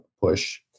push